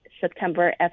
September